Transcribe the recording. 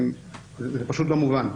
זה פשוט לא מובן.